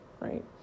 right